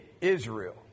Israel